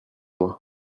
moi